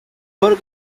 paul